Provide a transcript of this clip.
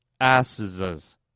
asses